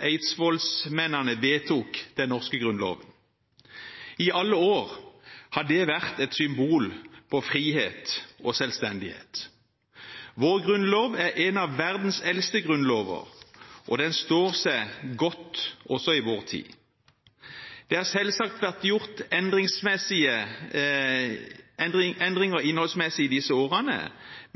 eidsvollsmennene vedtok den norske grunnloven. I alle år har den vært et symbol på frihet og selvstendighet. Vår grunnlov er en av verdens eldste grunnlover, og den står seg godt også i vår tid. Det har selvsagt vært gjort endringer innholdsmessig i disse årene,